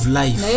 life